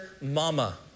mama